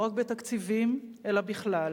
לא רק בתקציבים, אלא בכלל,